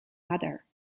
mother